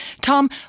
Tom